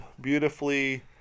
beautifully